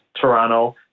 Toronto